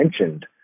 mentioned